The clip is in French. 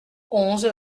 onze